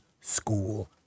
school